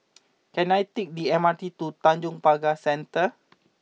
can I take the M R T to Tanjong Pagar Centre